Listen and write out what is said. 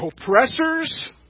oppressors